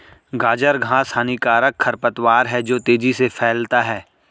गाजर घास हानिकारक खरपतवार है जो तेजी से फैलता है